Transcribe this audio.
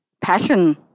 Passion